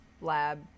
lab